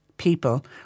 People